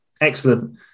Excellent